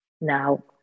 Now